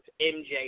MJ